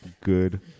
good